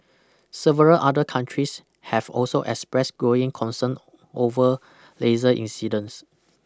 several other countries have also expressed growing concern over laser incidents